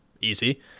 easy